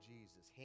Jesus